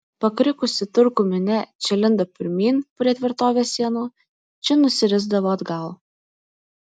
pakrikusi turkų minia čia lindo pirmyn prie tvirtovės sienų čia nusirisdavo atgal